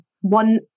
one